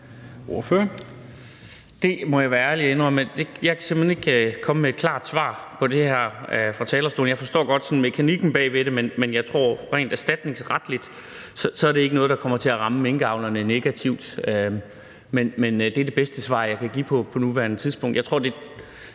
Det må jeg være ærlig og indrømme at jeg simpelt hen ikke kan komme med et klart svar på her fra talerstolen. Jeg forstår godt sådan mekanikken bag det, men jeg tror rent erstatningsretligt ikke det er noget, der kommer til at ramme minkavlerne negativt. Men det er det bedste svar, jeg kan give på nuværende tidspunkt.